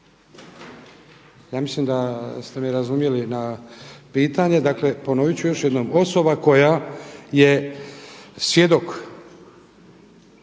Ja mislim da ste me razumjeli na pitanje. Dakle ponovit ću još jednom. Osoba koje je svjedok,